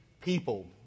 people